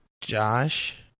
Josh